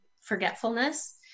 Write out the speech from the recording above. forgetfulness